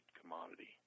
commodity